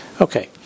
Okay